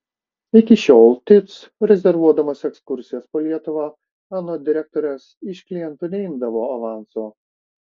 iki šiol tic rezervuodamas ekskursijas po lietuvą anot direktorės iš klientų neimdavo avanso